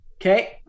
Okay